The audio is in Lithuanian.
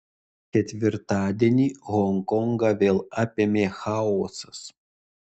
ketvirtadienį honkongą vėl apėmė chaosas